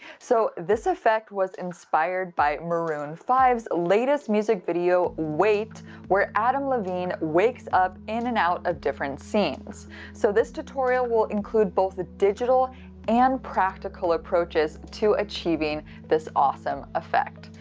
so this effect was inspired by maroon five s latest music video wait where adam levine wakes up in and out of different scenes so this tutorial will include both the digital and practical approaches to achieving this awesome effect.